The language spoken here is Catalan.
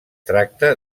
tracta